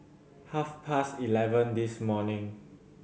half past eleven this morning